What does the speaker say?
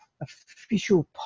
official